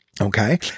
Okay